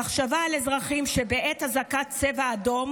המחשבה על אזרחים שבעת אזעקת צבע אדום